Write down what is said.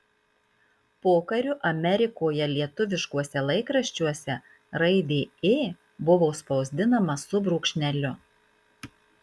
pokariu amerikoje lietuviškuose laikraščiuose raidė ė buvo spausdinama su brūkšneliu